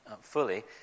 fully